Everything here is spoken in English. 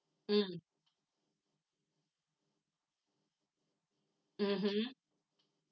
mm mmhmm